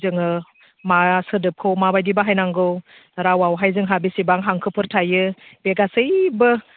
जोङो मा सोदोबखौ माबायदि बाहायनांगौ रावआवहाय जोंहा बेसेबां हांखोफोर थायो बे गासैबो